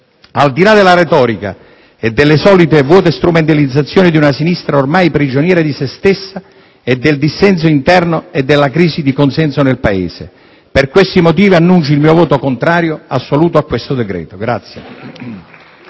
al di là della retorica e delle solite vuote strumentalizzazioni di una sinistra ormai prigioniera di se stessa, del dissenso interno e della crisi di consenso nel Paese. Per questi motivi annuncio il mio assoluto voto contrario a questo decreto.